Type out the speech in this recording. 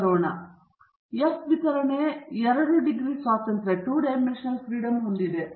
F ವಿತರಣೆ ನಾವು ಹಿಂದೆ ಕಂಡ ಇತರ ಎರಡು ವಿತರಣೆಗಳಿಂದ ಸ್ವಲ್ಪ ಭಿನ್ನವಾಗಿದೆ ಏಕೆಂದರೆ ಅದು ಎರಡು ಡಿಗ್ರಿ ಸ್ವಾತಂತ್ರ್ಯವನ್ನು ಹೊಂದಿದೆ